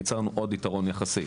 ייצרנו עוד יתרון יחסי.